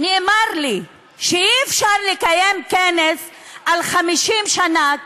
ונאמר לי שאי-אפשר לקיים כנס של 50 שנה,